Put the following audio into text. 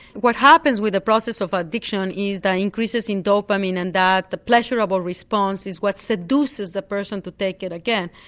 what happens with the process of addiction is that increases in dopamine and the pleasurable response is what seduces the person to take it again.